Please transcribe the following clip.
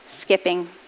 skipping